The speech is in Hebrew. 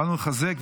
באנו לחזק,